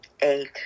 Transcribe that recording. eight